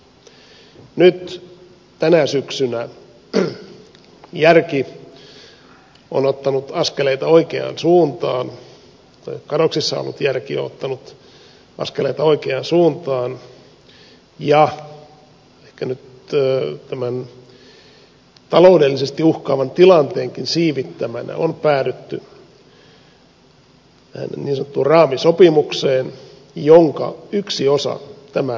nyt tänä syksynä kadoksissa ollut järki on ottanut askeleita oikeaan suuntaan ja ehkä nyt tämän taloudellisesti uhkaavan tilanteenkin siivittämänä on päädytty niin sanottuun raamisopimukseen jonka yksi osa tämä lakiesitys on